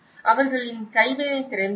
அவர்களின் கைவினைத்திறன் தெரிகிறது